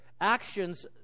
Actions